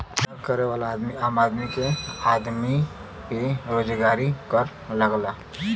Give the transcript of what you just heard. रोजगार करे वाला आदमी के आमदमी पे रोजगारी कर लगला